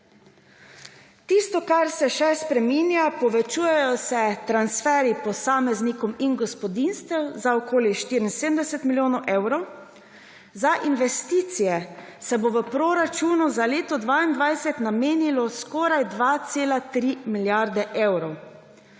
Tisto, kar se še spreminja. Povečujejo se transferji posameznikom in gospodinjstvom za okoli 74 milijonov evrov. Za investicije se bo v proračunu za leto 2022 namenilo skoraj 2,3 milijarde evrov.